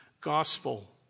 gospel